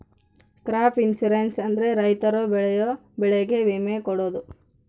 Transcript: crop insurance ಅಂದ್ರೆ ರೈತರು ಬೆಳೆಯೋ ಬೆಳೆಗೆ ವಿಮೆ ಕೊಡೋದು